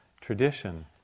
tradition